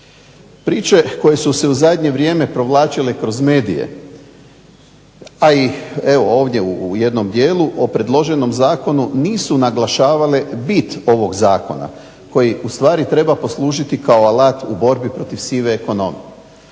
Priče koje su se u zadnje vrijeme provlačile kroz medije, a i evo ovdje u jednom dijelu, o predloženom zakonu nisu naglašavale bit ovog zakona koji ustvari treba poslužiti kao alat u borbi protiv sive ekonomije.